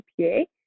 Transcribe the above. GPA